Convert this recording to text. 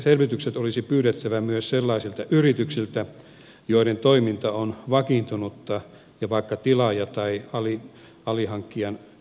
selvitykset olisi pyydettävä myös sellaisilta yrityksiltä joiden toiminta on vakiintunutta taikka tilaajan tai alihankkijan sopimussuhde on vakiintunut